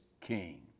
king